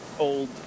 Old